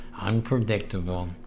unpredictable